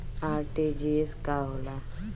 RTGS का होला?